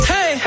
Hey